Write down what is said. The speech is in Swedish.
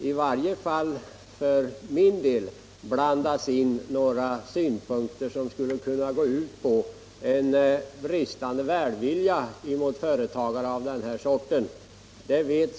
I varje fall för min del får här inte blandas in några synpunkter som skulle kunna tyda på en bristande välvilja mot dessa företagare.